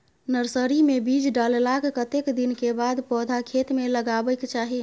Nursery मे बीज डाललाक कतेक दिन के बाद पौधा खेत मे लगाबैक चाही?